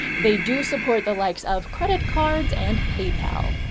they do support the likes of credit cards and paypal.